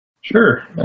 Sure